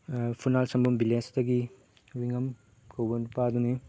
ꯐꯨꯅꯥꯜ ꯁꯝꯕꯝ ꯚꯤꯜꯂꯦꯖꯇꯒꯤ ꯔꯨꯏꯉꯝ ꯀꯧꯕ ꯅꯤꯄꯥꯗꯨꯅꯤ